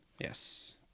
Yes